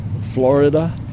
Florida